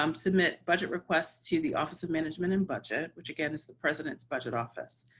um submit budget requests to the office of management and budget, which again is the president's budget office.